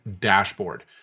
dashboard